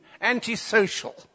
antisocial